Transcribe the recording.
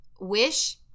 Wish